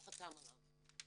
הוא חתם עליו.